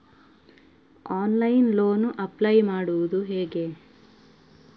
Online loan apply ಮಾಡುವುದು ಹೇಗೆ?